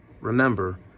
Remember